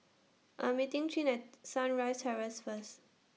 I'm meeting Chin At Sunrise Terrace First